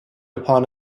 upon